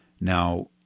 Now